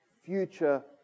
future